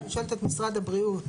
אני שואלת את משרד הבריאות,